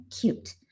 cute